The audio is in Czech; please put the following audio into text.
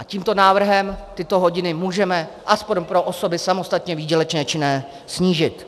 Tímto návrhem tyto hodiny můžeme alespoň pro osoby samostatně výdělečně činné snížit.